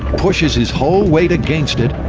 pushes his whole weight against it,